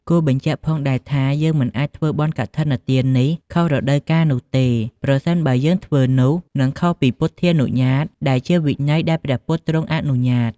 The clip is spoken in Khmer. គួរបញ្ជាក់ផងដែរថាយើងមិនអាចធ្វើបុណ្យកឋិនទាននេះខុសរដូវកាលនោះទេប្រសិនបើយើងធ្វើនោះនឹងខុសពី ពុទ្ធានុញ្ញាត ដែលជាវិន័យដែលព្រះពុទ្ធទ្រង់អនុញ្ញាត។